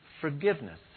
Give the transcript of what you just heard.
Forgiveness